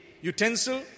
utensil